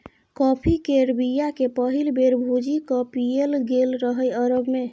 coffee केर बीया केँ पहिल बेर भुजि कए पीएल गेल रहय अरब मे